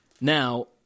Now